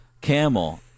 camel